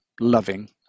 loving